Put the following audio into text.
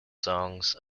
songs